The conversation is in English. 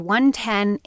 110